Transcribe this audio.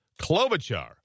Klobuchar